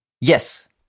Yes